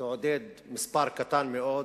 תעודד מספר קטן מאוד,